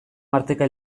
marteka